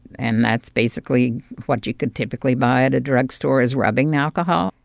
and that's basically what you could typically buy at a drugstore is rubbing alcohol.